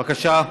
בבקשה.